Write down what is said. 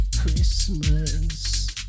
Christmas